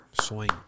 swing